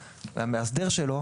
שלו,